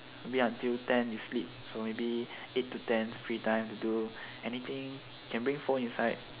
maybe until ten you sleep so maybe eight to ten free time to do anything can bring phone inside